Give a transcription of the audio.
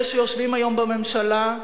אלה שיושבים היום בממשלה,